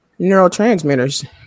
Neurotransmitters